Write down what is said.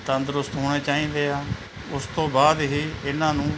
ਤੰਦਰੁਸਤ ਹੋਣੇ ਚਾਹੀਦੇ ਆ ਉਸ ਤੋਂ ਬਾਅਦ ਹੀ ਇਹਨਾਂ ਨੂੰ